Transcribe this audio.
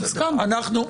אנחנו מסכימים.